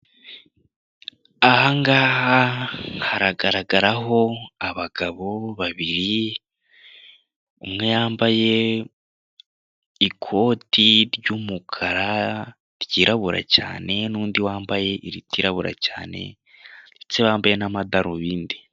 Aha ngaha haragaragaraho abagabo babiri, umwe yambaye ikoti ry'umukara ryirabura cyane n'undi wambaye iritirabura cyane ndetse wambaye n'amadarubindi.